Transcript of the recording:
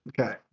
okay